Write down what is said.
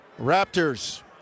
Raptors